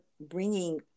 bringing